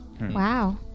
Wow